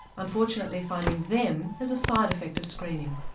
unfortunately finding them is a side effect of screening.